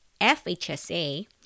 FHSA